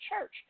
church